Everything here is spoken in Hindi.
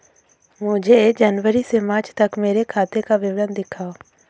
मुझे जनवरी से मार्च तक मेरे खाते का विवरण दिखाओ?